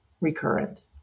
recurrent